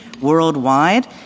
worldwide